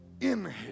inhale